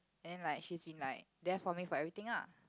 then like she's been like there for me for everything lah